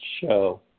show